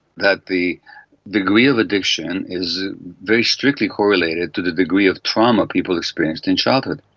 that the degree of addiction is very strictly correlated to the degree of trauma people experienced in childhood.